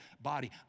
body